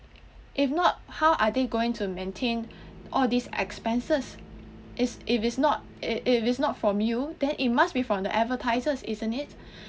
if not how are they going to maintain all these expenses is if it's not if it's not from you then it must be from the advertisers isn't it